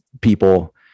people